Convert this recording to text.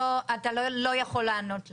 אתה לא יכול שלא לענות לי.